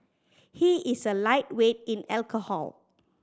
he is a lightweight in alcohol